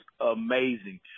amazing